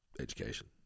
education